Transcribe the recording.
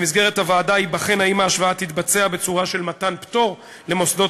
במסגרת הוועדה ייבחן אם ההשוואה תתבצע בצורה של מתן פטור למוסדות